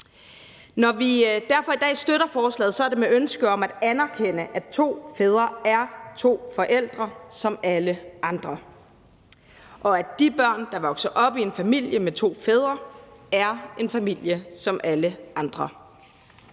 Når vi i dag støtter forslaget, er det med ønsket om at anerkende, at to fædre er to forældre som alle andre, og at de børn, der vokser op i en familie med to fædre, er del af en familie, der er som alle andre.